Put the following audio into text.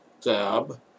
tab